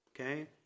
okay